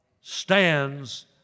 stands